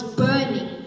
burning